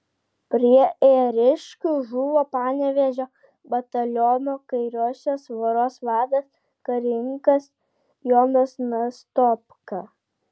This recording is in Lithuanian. prie ėriškių žuvo panevėžio bataliono kairiosios voros vadas karininkas jonas nastopka